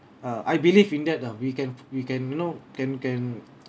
uh I believe in that ah we can we can you know can can